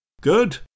Good